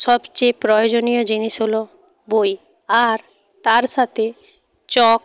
সবচেয়ে প্রয়োজনীয় জিনিস হল বই আর তার সাথে চক